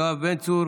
יואב בן צור,